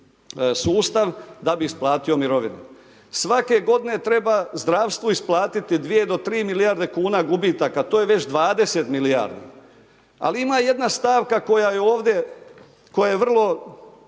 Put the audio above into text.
sustav da bi isplatio mirovine. Svake godine treba zdravstvu isplatiti 2-3 milijarde kuna gubitaka. To je već 20 milijardi. Ali ima jedna stavka koja je ovdje, koja je vrlo